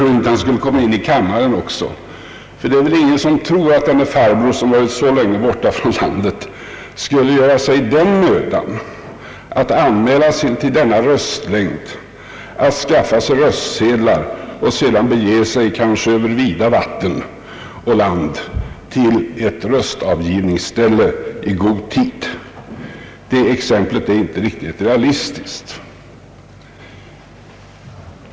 Det är väl ingen som tror att denne farbror som varit borta så länge från landet skulle göra sig mödan att anmäla sig till denna röstlängd, att skaffa sig röstsedlar och sedan i god tid bege sig över vida vatten och land till ett röstavgivningsställe. Det exemplet är inte riktigt realistiskt.